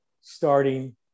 starting